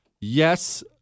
yes